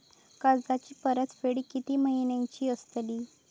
कर्जाची परतफेड कीती महिन्याची असतली?